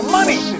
money